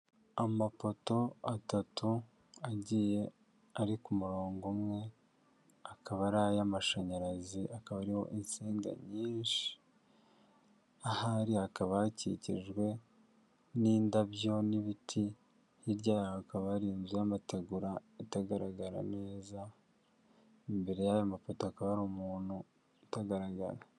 Amapoto atatu agiye ari ku murongo umwe akaba ari ay'amashanyarazi, akaba ariho insinga nyinshi. Aho hantu hakikijwe n’indabyo n’ibiti. Hirya gato, hari inzu y’amategura itagaragara neza. Imbere y’ayo mapoto, hakaba hari umuntu utagaragara.